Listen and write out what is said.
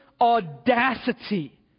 audacity